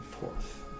forth